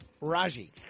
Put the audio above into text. Raji